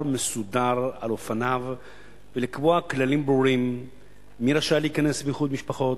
ומסודר על אופניו ולקבוע כללים ברורים מי רשאי להיכנס באיחוד משפחות,